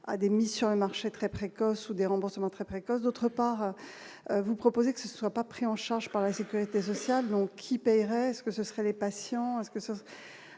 à des mises sur le marché très précoce ou des remboursements très précoce, d'autre part, vous proposez, que ce soit pas pris en charge par la sécurité sociale, donc qui hyper ce que ce serait les patients